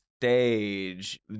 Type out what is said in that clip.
Stage